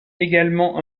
également